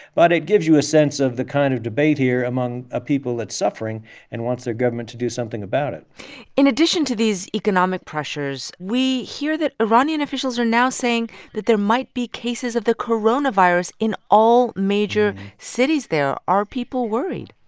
but it gives you a sense of the kind of debate here among a people that's suffering and wants their government to do something about it in addition to these economic pressures, we hear that iranian officials are now saying that there might be cases of the coronavirus in all major cities there. are people worried?